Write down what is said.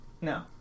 No